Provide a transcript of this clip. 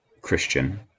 Christian